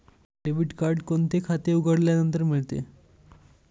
Debit card कोणते खाते उघडल्यानंतर मिळते?